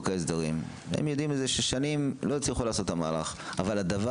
ההסדרים הם יודעים ששנים לא הצליחו לעשות את המהלך הדבר